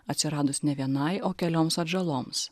atsiradus ne vienai o kelioms atžaloms